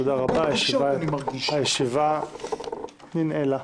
תודה רבה, הישיבה ננעלה.